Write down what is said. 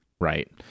right